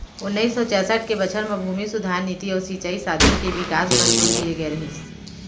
ओन्नाइस सौ चैंसठ के बछर म भूमि सुधार नीति अउ सिंचई साधन के बिकास बर जोर दिए गए रहिस